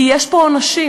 כי יש פה נשים.